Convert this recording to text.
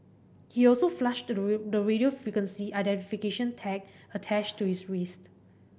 he also flushed the radio frequency identification tag attached to his wrist